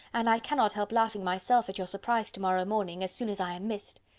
and i cannot help laughing myself at your surprise to-morrow morning, as soon as i am missed.